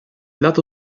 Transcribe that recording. lato